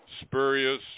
spurious